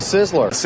Sizzler